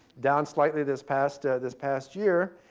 down slightly this past this past year.